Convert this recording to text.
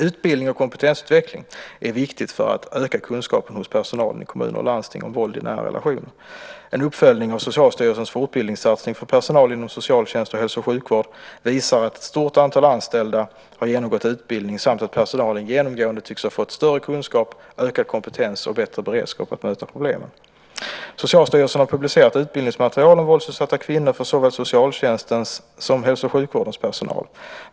Utbildning och kompetensutveckling är viktigt för att öka kunskapen hos personalen i kommuner och landsting om våld i nära relationer. En uppföljning av Socialstyrelsens fortbildningssatsning för personal inom socialtjänst och hälso och sjukvård visar att ett stort antal anställda har genomgått utbildning samt att personalen genomgående tycks ha fått större kunskap, ökad kompetens och bättre beredskap att möta problemen. Socialstyrelsen har publicerat utbildningsmaterial om våldsutsatta kvinnor för såväl socialtjänstens som hälso och sjukvårdens personal.